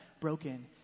broken